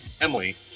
Emily